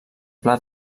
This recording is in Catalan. pla